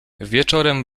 wieczorem